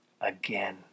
again